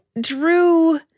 drew